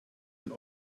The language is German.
ein